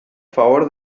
favor